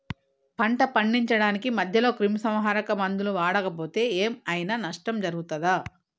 పంట పండించడానికి మధ్యలో క్రిమిసంహరక మందులు వాడకపోతే ఏం ఐనా నష్టం జరుగుతదా?